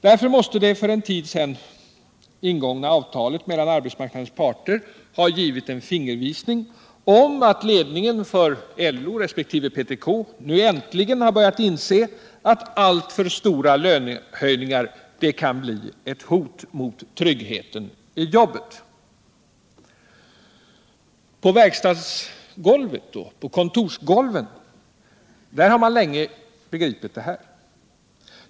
Det för en tid sedan ingångna avtalet mellan arbetsmarknadens parter har givit en fingervisning om att ledningen för LO resp. PTK nu äntligen har börjat inse att alltför stora lönehöjningar kan bli ett hot mot tryggheten i jobbet. På verkstadsgolven och på kontoren har man länge begripit detta.